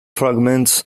fragments